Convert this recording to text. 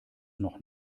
noch